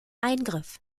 eingriff